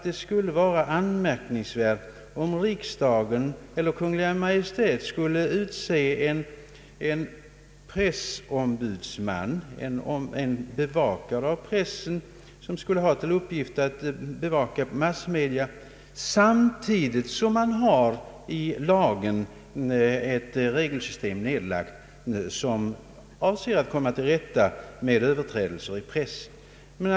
Det skulle vara anmärkningsvärt om riksdagen eller Kungl. Maj:t utsåg en pressombudsman med uppgift att bevaka massmedia — samtidigt som man i grundlagen har ett regelsystem som avser att komma till rätta med övertramp i pressen.